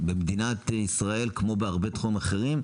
במדינת ישראל כמו בהרבה תחומים אחרים,